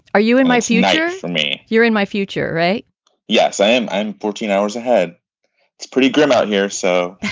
are you in my future for me you're in my future right yes i am. and fourteen hours ahead it's pretty grim out here. so